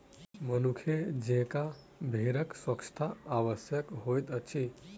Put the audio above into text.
मनुखे जेंका भेड़क स्वच्छता आवश्यक होइत अछि